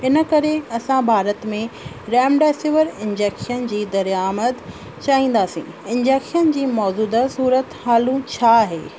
इन करे असां भारत में रैमडेसवन इंजैक्शन जी दरियामद चाहींदासीं इंजैक्शन जी मौजूदा सूरत हालु छा आहे